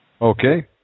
okay